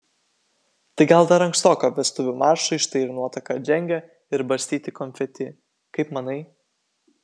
tai gal dar ankstoka vestuvių maršui štai ir nuotaka atžengia ir barstyti konfeti kaip manai